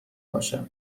باشه